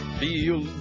feel